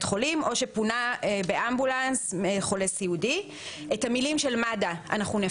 חולים או שפונה באמבולנס חולה סיעודי - אנחנו נפצל,